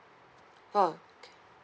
oh